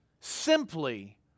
simply